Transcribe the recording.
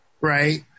Right